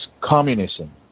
communism